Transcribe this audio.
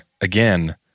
again